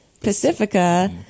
Pacifica